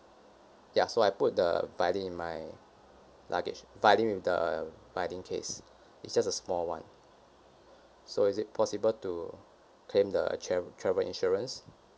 ya so I put the violin in my luggage violin with the uh violin case it's just a small one so is it possible to claim the tra~ travel insurance